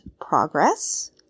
progress